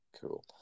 Cool